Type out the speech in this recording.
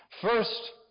first